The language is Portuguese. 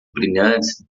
brilhantes